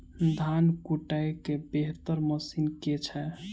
धान कुटय केँ बेहतर मशीन केँ छै?